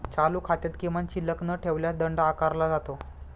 चालू खात्यात किमान शिल्लक न ठेवल्यास दंड आकारला जातो